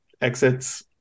exits